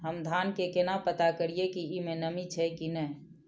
हम धान के केना पता करिए की ई में नमी छे की ने?